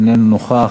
איננו נוכח,